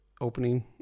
opening